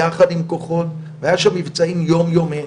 יחד עם כוחות, והיו שם מבצעים יום-יומיים.